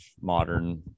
modern